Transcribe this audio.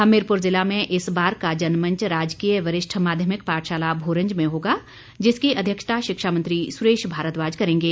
हमीरपुर जिला में इस बार का जनमंच राजकीय वरिष्ठ माध्यमिक पाठशाला भोरंज में होगा जिसकी अध्यक्षता शिक्षा मंत्री सुरेश भारद्वाज करेंगे